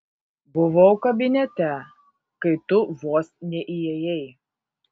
buvau kabinete kai tu vos neįėjai